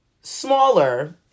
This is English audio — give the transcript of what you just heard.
smaller